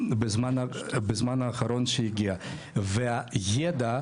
בזמן האחרון שהגיע וידע,